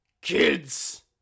Kids